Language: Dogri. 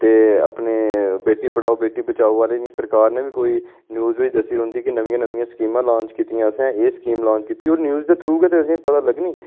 ते अपने बेटी पढ़ाओ बेटी बचाओ आह्लें गी सरकार नै बी कोई न्यूज बी दस्सी होंदी कि नमियां नमियां स्कीमां लांच कीतियां असें एह् स्कीम लांच कीती और न्यूज दे थ्रू गै दसदे असें पता लग्गनी